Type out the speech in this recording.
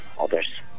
others